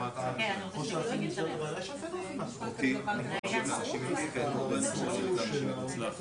הקיים מאפשר לכל בן אדם שמגיע להגיד אני